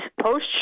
post